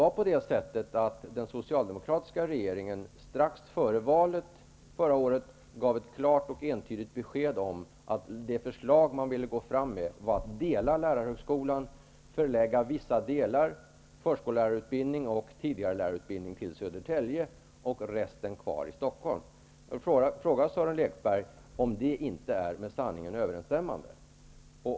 Gav inte den socialdemokratiska regeringen strax före valet förra året ett klart och entydigt besked om att det förslag regeringen ville gå fram med var att dela lärarhögskolan, förlägga vissa delar -- förskollärarutbildning och tidigarelärarutbildning -- till Södertälje och låta resten vara kvar i Stockholm? Är det med sanningen överenstämmande?